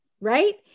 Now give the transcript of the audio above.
right